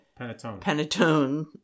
Panatone